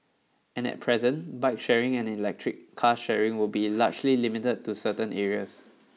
and at present bike sharing and electric car sharing will be largely limited to certain areas